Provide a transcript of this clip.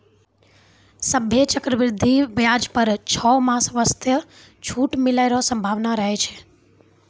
सभ्भे चक्रवृद्धि व्याज पर छौ मास वास्ते छूट मिलै रो सम्भावना रहै छै